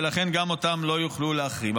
ולכן גם אותם לא יוכלו להחרים.